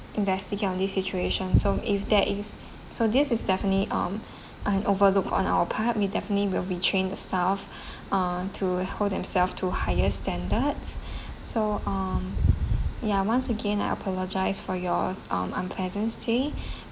investigate on this situation so if there is so this is definitely um an overlook on our part we definitely will retrain the uh staff ah to hold themselves to higher standard so uh ya once again I apologise for your um unpleasant stay